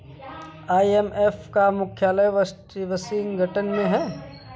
IMF का मुख्यालय Washington में है